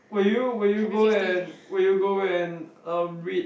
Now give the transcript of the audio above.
will you will you go and will you go and um read